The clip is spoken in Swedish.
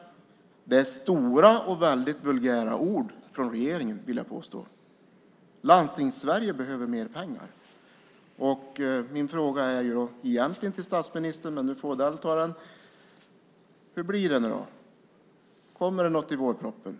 Det är stora och väldigt vulgära ord från regeringen, vill jag påstå. Landstingssverige behöver mer pengar. Min fråga är egentligen till statsministern, men nu får Odell ta den. Hur blir det nu? Kommer det något i vårpropositionen?